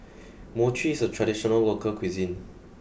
Mochi is a traditional local cuisine